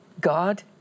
God